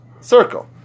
circle